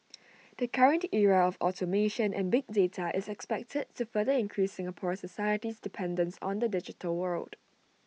the current era of automation and big data is expected to further increase Singapore society's dependence on the digital world